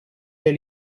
dei